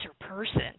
person